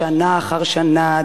שנה אחר שנה,